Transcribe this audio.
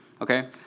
okay